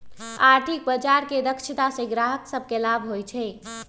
आर्थिक बजार के दक्षता से गाहक सभके लाभ होइ छइ